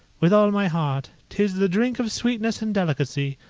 with all my heart tis the drink of sweetness and delicacy.